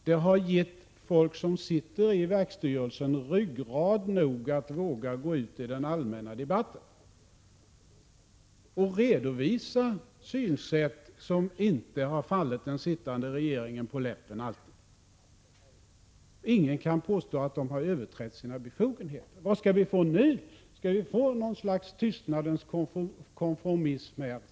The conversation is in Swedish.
Det har gett dem som sitter i verksstyrelser ryggrad nog att våga gå ut i den allmänna debatten och redovisa synsätt som inte alltid har fallit den sittande regeringen på läppen. Ingen kan påstå att de har överträtt sina befogenheter. Vad skall vi nu få? Skall vi få något slags tystnadens konformism?